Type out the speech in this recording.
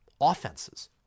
offenses